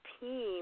team